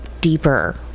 deeper